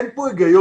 אין פה היגיון.